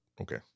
Okay